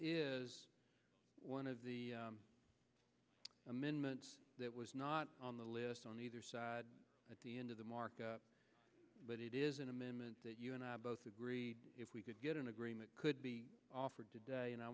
is one of the amendments that was not on the list on either side at the end of the market but it is an amendment that you and i both agreed if we could get an agreement could be offered today and i